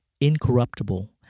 incorruptible